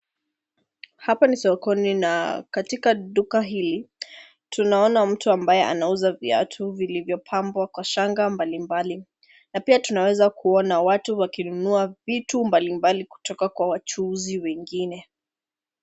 Hapa ni sokoni na katika duka hili, tunaona mtu ambaye anauza viatu vilivyopambwa kwa shanga mbalimbali, na pia tunaweza kuona watu wakinunua vitu mbalimbali kutoka kwa wachuuzi wengine.